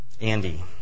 Andy